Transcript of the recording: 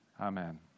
Amen